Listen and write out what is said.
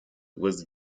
was